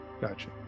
Gotcha